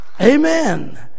amen